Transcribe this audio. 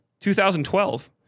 2012